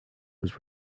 was